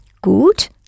Gut